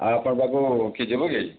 ଆଉ ଆପଣଙ୍କ ପାଖକୁ କିଏ ଯିବ କି